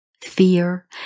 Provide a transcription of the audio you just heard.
fear